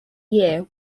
year